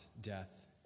death